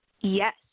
Yes